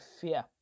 fear